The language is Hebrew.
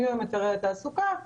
תביא היתרי תעסוקה,